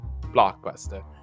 Blockbuster